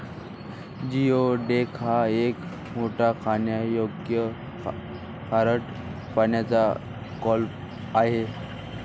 geoduck हा एक मोठा खाण्यायोग्य खारट पाण्याचा क्लॅम आहे